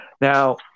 Now